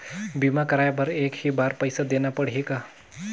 बीमा कराय बर एक ही बार पईसा देना पड़ही का?